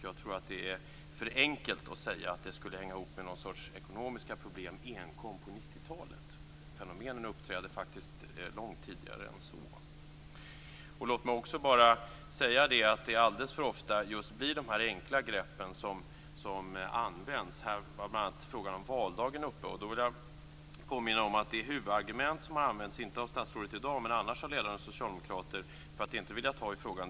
Jag tror att det är för enkelt att säga att det enkom skulle hänga ihop med någon sorts ekonomiska problem på 90-talet. Fenomenen uppträdde faktiskt långt tidigare än så. Låt mig också bara säga att det alldeles för ofta blir just de enkla greppen som används. Frågan om valdagen var bl.a. uppe. Då vill jag påminna om det huvudargument som har använts, inte av statsrådet i dag, men annars av ledande socialdemokrater, för att inte vilja ta i frågan.